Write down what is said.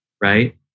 Right